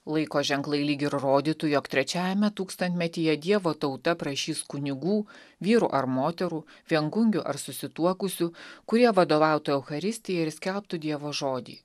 laiko ženklai lyg ir rodytų jog trečiajame tūkstantmetyje dievo tauta prašys kunigų vyrų ar moterų viengungių ar susituokusių kurie vadovautų eucharistijai ir skelbtų dievo žodį